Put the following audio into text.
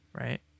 right